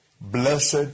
Blessed